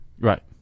Right